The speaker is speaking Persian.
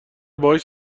باهاش